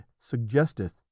suggesteth